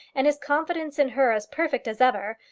and his confidence in her as perfect as ever,